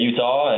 Utah